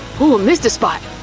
missed a spot!